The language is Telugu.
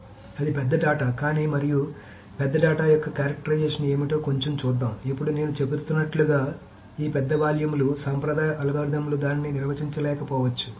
కాబట్టి అది పెద్ద డేటా కానీ మరియు పెద్ద డేటా యొక్క క్యారెక్టరైజేషన్ ఏమిటో కొంచెం చూద్దాం ఇప్పుడు నేను చెబుతున్నట్లుగా ఈ పెద్ద వాల్యూమ్లు సాంప్రదాయ అల్గోరిథం లు దానిని నిర్వహించలేకపోవచ్చు